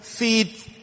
Feed